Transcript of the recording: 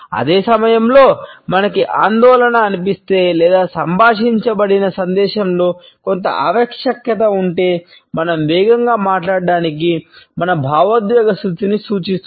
అదే సమయంలో మనకు ఆందోళన అనిపిస్తే లేదా సంభాషించబడిన సందేశంలో కొంత ఆవశ్యకత ఉంటే మనం వేగంగా మాట్లాడటానికి మన భావోద్వేగ స్థితిని సూచిస్తుంది